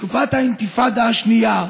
בתקופת האינתיפאדה השנייה.